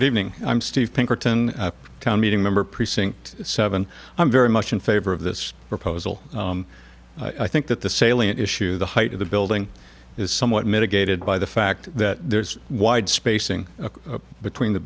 evening i'm steve pinkerton meeting member precinct seven i'm very much in favor of this proposal i think that the salient issue the height of the building is somewhat mitigated by the fact that there's wide spacing between the